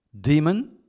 Demon